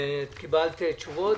שגית, קיבלת תשובות?